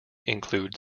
include